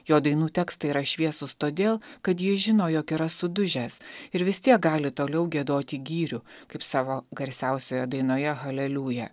jo dainų tekstai yra šviesūs todėl kad jis žino jog yra sudužęs ir vis tiek gali toliau giedoti gyrių kaip savo garsiausioje dainoje haleliuja